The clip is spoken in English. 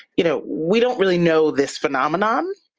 you know we don't really know this phenomenon,